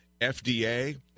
FDA